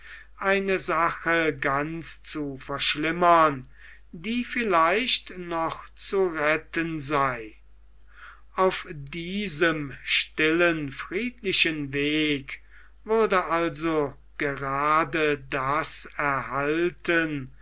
eine sache ganz zu verschlimmern die vielleicht noch zu retten sei auf diesem stillen friedlichen wege würde also gerade das erhalten